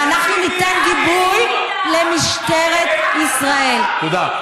ואנחנו ניתן גיבוי למשטרת ישראל, תודה.